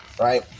Right